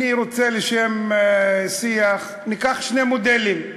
אני רוצה, לשם השיח, ניקח שני מודלים.